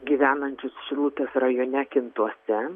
gyvenančius rūtos rajone kintuose